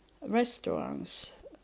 restaurants